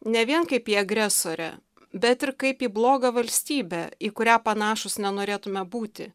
ne vien kaip į agresorę bet ir kaip į blogą valstybę į kurią panašūs nenorėtume būti